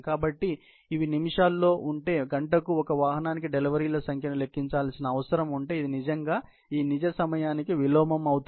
కాబట్టి ఇవి నిమిషాల్లో ఉంటే గంటకు ఒక వాహనానికి డెలివరీల సంఖ్యను లెక్కించాల్సిన అవసరం ఉంటే ఇది నిజంగా ఈ నిజ సమయానికి విలోమం అవుతుంది